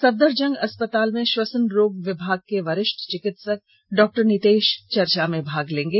सफदरजंग अस्पताल में श्वसन रोग विभाग के वरिष्ठ चिकित्सक डॉ नितेश चर्चा में भाग लेंगे